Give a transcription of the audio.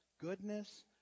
goodness